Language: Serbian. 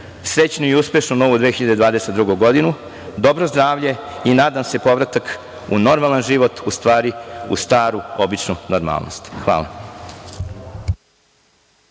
srećnu i uspešnu Novu 2022. godinu, dobro zdravlje i, nadam se, povratak u normalan život, u stvari u staru, običnu normalnost. Hvala.